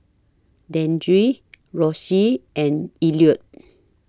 Dandre Rosy and Elliott